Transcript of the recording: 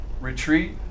retreat